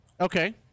Okay